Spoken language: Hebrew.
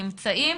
נמצאים.